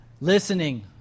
Listening